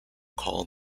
call